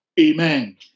Amen